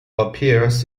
appears